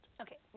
Okay